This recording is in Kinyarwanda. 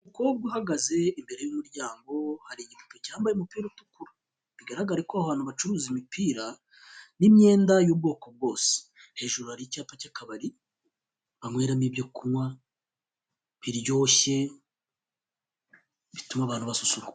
Umukobwa uhagaze imbere y' umuryango hari igipupe cyambaye umupira utukura bigaragare ko aho hantu bacuruza imipira n' imyenda y' ubwoko bwose, hejuru hari icyapa cy' akabari banyweramo ibyo kunywa biryoshye bituma abantu basusuruka.